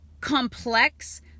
complex